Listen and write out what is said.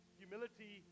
humility